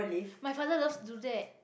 my father loves to do that